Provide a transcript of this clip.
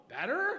Better